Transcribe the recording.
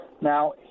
Now